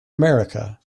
america